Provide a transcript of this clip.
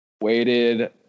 Weighted